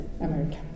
America